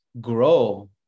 grow